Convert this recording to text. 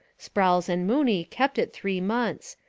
sprowls and mooney kept it three months.